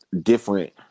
different